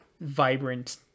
vibrant